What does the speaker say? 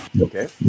Okay